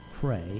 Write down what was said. pray